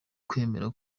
kwemera